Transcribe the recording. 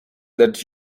that